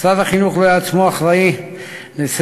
משרד החינוך רואה עצמו אחראי 24/7,